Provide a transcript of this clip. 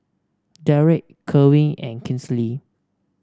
Derrek Kerwin and Kinsley